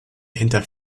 hinter